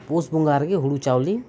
ᱯᱩᱥ ᱵᱚᱸᱜᱟ ᱨᱮᱜᱮ ᱦᱩᱲᱩ ᱪᱟᱣᱞᱮ